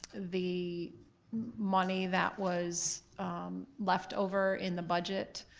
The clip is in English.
the money that was left over in the budget